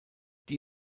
die